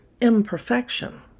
imperfection